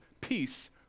peace